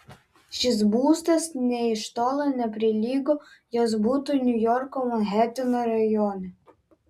šis būstas nė iš tolo neprilygo jos butui niujorko manheteno rajone